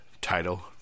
title